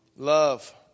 Love